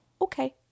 Okay